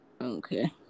Okay